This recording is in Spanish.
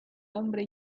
hombre